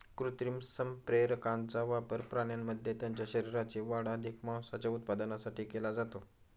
कृत्रिम संप्रेरकांचा वापर प्राण्यांमध्ये त्यांच्या शरीराची वाढ अधिक मांसाच्या उत्पादनासाठी केला जातो